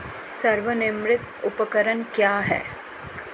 स्वनिर्मित उपकरण क्या है?